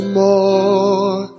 more